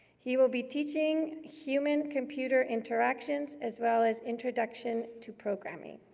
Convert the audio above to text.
he will be teaching human-computer interactions, as well as introduction to programming.